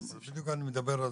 אולי תנו לנו